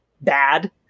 bad